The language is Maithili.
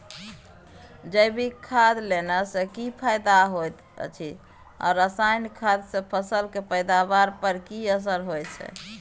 जैविक खाद देला सॅ की फायदा होयत अछि आ रसायनिक खाद सॅ फसल के पैदावार पर की असर होयत अछि?